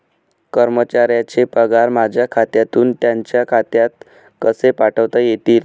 कर्मचाऱ्यांचे पगार माझ्या खात्यातून त्यांच्या खात्यात कसे पाठवता येतील?